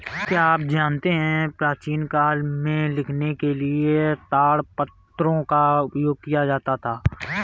क्या आप जानते है प्राचीन काल में लिखने के लिए ताड़पत्रों का प्रयोग किया जाता था?